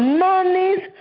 monies